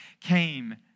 came